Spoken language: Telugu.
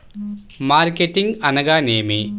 మార్కెటింగ్ అనగానేమి?